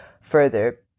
further